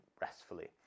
restfully